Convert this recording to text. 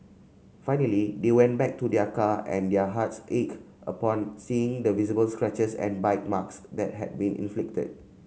finally they went back to their car and their hearts ached upon seeing the visible scratches and bite marks that had been inflicted